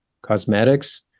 cosmetics